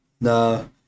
No